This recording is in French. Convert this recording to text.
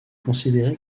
considéré